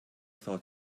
thought